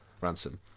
ransom